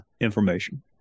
information